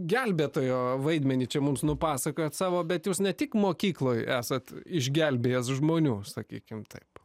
gelbėtojo vaidmenį čia mums nupasakojot savo bet jūs ne tik mokykloj esat išgelbėjęs žmonių sakykim taip